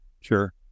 Sure